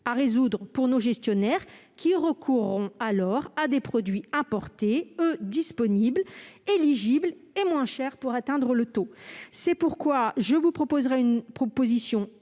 à résoudre pour nos gestionnaires, qui recourront alors à des produits importés, disponibles, éligibles et moins chers. C'est pourquoi je vous proposerai une solution